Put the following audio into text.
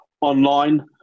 online